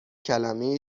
کلمه